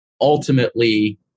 ultimately